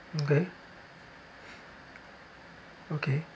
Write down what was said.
okay okay